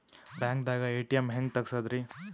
ಬ್ಯಾಂಕ್ದಾಗ ಎ.ಟಿ.ಎಂ ಹೆಂಗ್ ತಗಸದ್ರಿ?